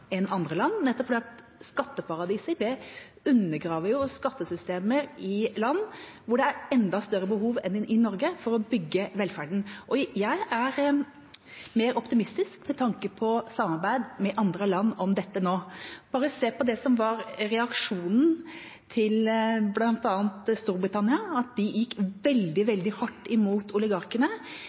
nettopp fordi skatteparadiser undergraver skattesystemet i land hvor det er enda større behov enn i Norge for å bygge velferden. Jeg er mer optimistisk med tanke på samarbeid med andre land om dette nå. Bare se på det som var reaksjonen til bl.a. Storbritannia – de gikk veldig, veldig hardt imot oligarkene.